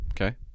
okay